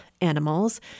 animals